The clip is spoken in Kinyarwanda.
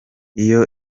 iyi